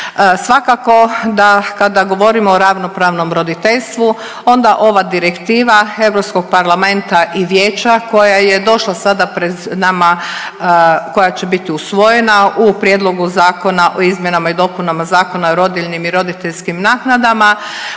Svakako da kada govorimo o ravnopravnom roditeljsku, onda ova direktiva Europskog parlamenta i Vijeća koja je došla sada pred nama, koja će biti usvojena u Prijedlogu zakona o izmjenama i dopunama Zakona o rodiljnim i roditeljskim naknadama.